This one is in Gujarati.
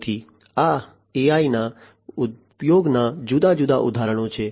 તેથી આ AIના ઉપયોગના જુદા જુદા ઉદાહરણો છે